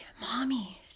mommy